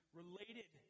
related